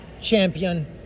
champion